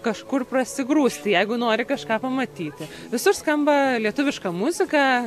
kažkur prasigrūsti jeigu nori kažką pamatyti visur skamba lietuviška muzika